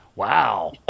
Wow